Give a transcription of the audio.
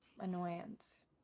annoyance